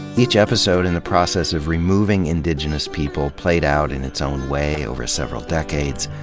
each episode in the process of removing indigenous people played out in its own way over several decades,